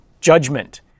Judgment